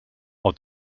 are